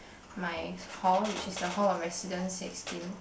my hall which is the hall of residence sixteen